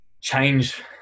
change